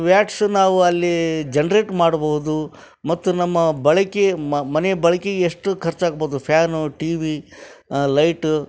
watts ನಾವು ಅಲ್ಲಿ generate ಮಾಡ್ಬೋದು ಮತ್ತು ನಮ್ಮ ಬಳಕೆ ಮ ಮನೆಯ ಬಳಕೆಗೆ ಎಷ್ಟು ಖರ್ಚಾಗ್ಬೋದು ಫ್ಯಾನು ಟಿ ವಿ ಲೈಟು